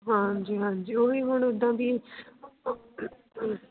ਹਾਂਜੀ ਹਾਂਜੀ ਉਹੀ ਹੁਣ ਉਦਾਂ ਦੀ